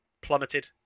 plummeted